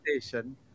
station